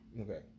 Okay